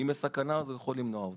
אם יש סכנה הוא יכול למנוע אותה.